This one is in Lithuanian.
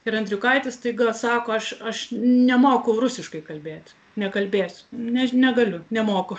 ir andriukaitis staiga sako aš aš nemoku rusiškai kalbėti nekalbėsiu ne negaliu nemoku